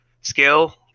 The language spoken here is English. skill